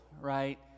right